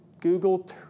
Google